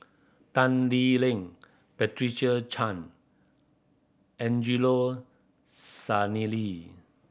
Tan Lee Leng Patricia Chan Angelo Sanelli